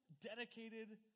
dedicated